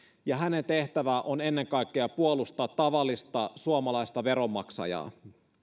ja hänen tehtävänsä on ennen kaikkea puolustaa tavallista suomalaista veronmaksajaa